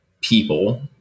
people